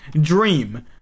Dream